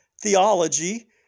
theology